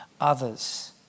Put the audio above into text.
others